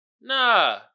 Nah